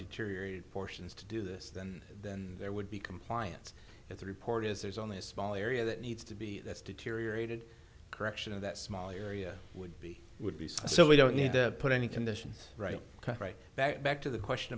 deteriorated portions to do this then then there would be compliance with the report is there's only a small area that needs to be that's deteriorated correction of that small area would be would be so we don't need to put any conditions right right back back to the question